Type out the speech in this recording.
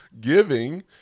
giving